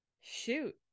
Shoot